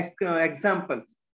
examples